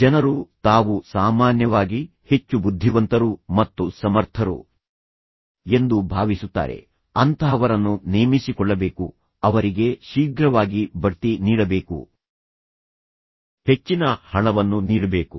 ಜನರು ತಾವು ಸಾಮಾನ್ಯವಾಗಿ ಹೆಚ್ಚು ಬುದ್ಧಿವಂತರು ಮತ್ತು ಸಮರ್ಥರು ಎಂದು ಭಾವಿಸುತ್ತಾರೆ ಅಂತಹವರನ್ನು ನೇಮಿಸಿಕೊಳ್ಳಬೇಕು ಅವರಿಗೆ ಶೀಘ್ರವಾಗಿ ಬಡ್ತಿ ನೀಡಬೇಕು ಹೆಚ್ಚಿನ ಹಣವನ್ನು ನೀಡಬೇಕು